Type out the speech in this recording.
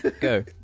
Go